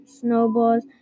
snowballs